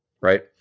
right